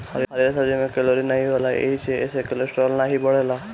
हरिहर सब्जी में कैलोरी नाही होला एही से एसे कोलेस्ट्राल नाई बढ़ेला